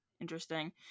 interesting